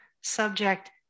Subject